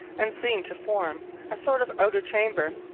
and seemed to form a sort of outer chamber.